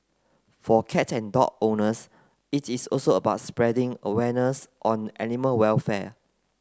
for cat and dog owners it is also about spreading awareness on animal welfare